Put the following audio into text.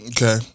Okay